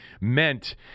meant